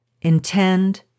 Intend